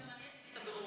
כמו שראית,